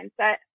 mindset